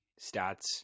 stats